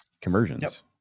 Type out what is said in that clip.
conversions